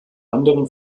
anderem